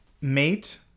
mate